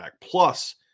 Plus